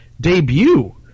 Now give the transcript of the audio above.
debut